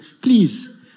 Please